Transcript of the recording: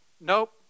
Nope